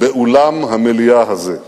באולם המליאה הזה.